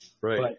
Right